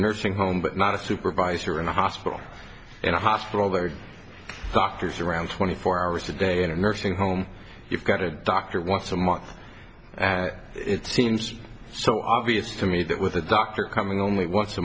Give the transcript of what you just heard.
nursing home but not a supervisor in a hospital in a hospital there are doctors around twenty four hours a day in a nursing home you've got a doctor once a month it seems so obvious to me that with a doctor coming only once a